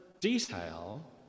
detail